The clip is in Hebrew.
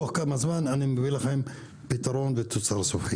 תוך כמה זמן אני מביא לכם פתרון ותוצר סופי.